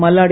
Malladi